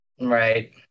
Right